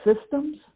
systems